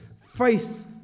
faith